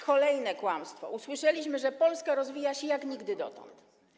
Kolejne kłamstwo - usłyszeliśmy, że Polska rozwija się jak nigdy dotąd.